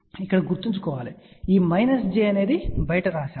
ఇక్కడ గుర్తుంచుకోండి ఈ మైనస్ j బయట వ్రాయబడింది